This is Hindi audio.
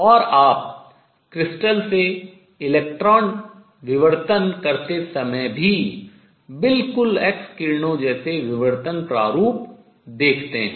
और आप क्रिस्टल से इलेक्ट्रॉन विवर्तन करते समय भी बिल्कुल एक्स किरणों जैसे विवर्तन प्रारूप देखते हैं